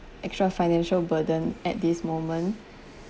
extra financial burden at this moment